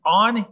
on